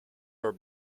are